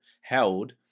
held